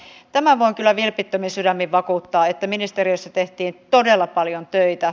voin kyllä vilpittömin sydämin vakuuttaa että ministeriössä tehtiin todella paljon töitä